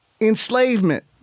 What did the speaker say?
enslavement